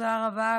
תודה רבה.